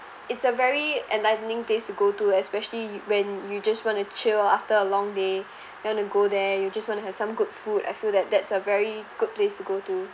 it's a very enlightening place to go to especially when you just want to chill after a long day you want to go there you just want to have some good food I feel that that's a very good place to go to